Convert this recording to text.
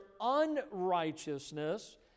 unrighteousness